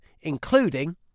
including